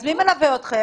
אז מי מלווה אתכם?